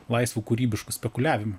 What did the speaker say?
laisvu kūrybišku spekuliavimu